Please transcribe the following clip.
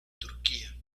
turquía